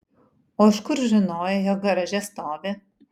o iš kur žinojai jog garaže stovi